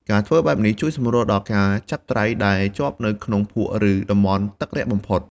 ការធ្វើបែបនេះជួយសម្រួលដល់ការចាប់ត្រីដែលជាប់នៅក្នុងភក់ឬតំបន់ទឹករាក់បំផុត។